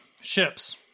ships